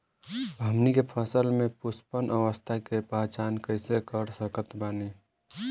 हमनी के फसल में पुष्पन अवस्था के पहचान कइसे कर सकत बानी?